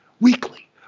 weekly